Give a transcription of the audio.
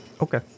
Okay